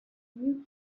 you